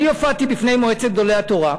אני הופעתי בפני מועצת גדולי התורה,